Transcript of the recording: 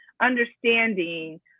understanding